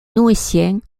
noétiens